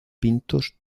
pintos